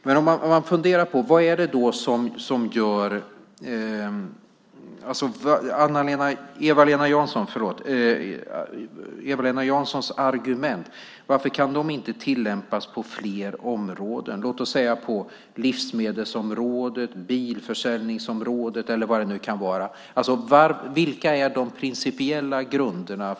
Man kan fundera varför Eva-Lena Janssons argument inte kan tillämpas på fler områden, låt oss säga på livsmedelsområdet, bilförsäljningsområdet eller vad det nu kan vara. Vilka är de principiella grunderna?